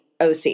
OC